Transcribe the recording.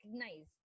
recognize